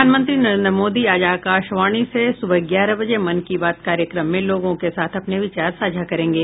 प्रधानमंत्री नरेन्द्र मोदी आज आकाशवाणी से सुबह ग्यारह बजे मन की बात कार्यक्रम में लोगों के साथ अपने विचार साझा करेंगे